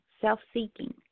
Self-seeking